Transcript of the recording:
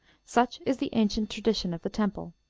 such is the ancient tradition of the temple.